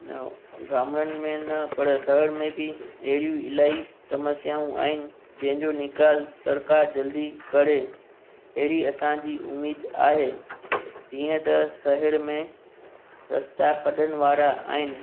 न गामड़नि में न पर शहिर में बि अहिड़ियूं इलाही समस्याऊं आहिनि जंहिं जो निकाल सरकार जल्दी करे अहिड़ी असांजी उम्मीद आहे जीअं त शहिर में रस्ता खॾनि वारा आहिनि